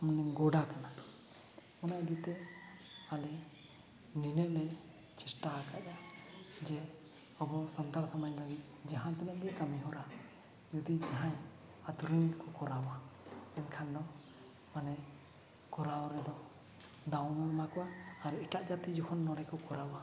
ᱢᱟᱱᱮ ᱜᱚᱰᱟ ᱠᱟᱱᱟ ᱚᱱᱟ ᱤᱫᱤᱛᱮ ᱟᱞᱮ ᱱᱤᱱᱟᱹᱞᱮ ᱪᱮᱥᱴᱟᱣ ᱠᱟᱜᱼᱟ ᱡᱮ ᱟᱵᱚ ᱥᱟᱱᱛᱟᱲ ᱥᱚᱢᱟᱡᱽ ᱞᱟᱹᱜᱤᱫ ᱡᱟᱦᱟᱸ ᱛᱤᱱᱟᱹᱜ ᱜᱮ ᱠᱟᱹᱢᱤ ᱦᱚᱨᱟ ᱡᱩᱫᱤ ᱡᱟᱦᱟᱸᱭ ᱟᱹᱛᱩᱨᱮᱱ ᱠᱚ ᱠᱚᱨᱟᱣᱟ ᱮᱱᱠᱷᱟᱱ ᱫᱚ ᱢᱟᱱᱮ ᱠᱚᱨᱟᱣ ᱨᱮᱫᱚ ᱫᱟᱣ ᱵᱚᱱ ᱮᱢᱟᱠᱚᱣᱟ ᱟᱨ ᱮᱴᱟᱜ ᱡᱟᱹᱛᱤ ᱡᱚᱠᱷᱚᱱ ᱱᱚᱰᱮ ᱠᱚ ᱠᱚᱨᱟᱣᱟ